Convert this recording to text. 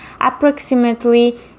approximately